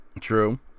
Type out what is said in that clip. True